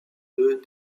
deux